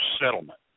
settlement